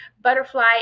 butterfly